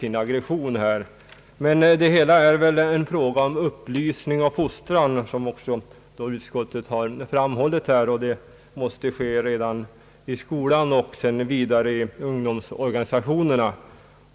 Botemedlet är väl upplysning och fostran, vilket också utskottet fram hållit, och denna fostran måste ske först i skolan och sedan i ungdomsorganisationerna.